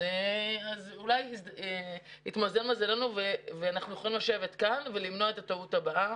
אז אולי התמזל מזלנו ואנחנו יכולים לשבת כאן ולמנוע את טעות הבאה.